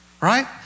Right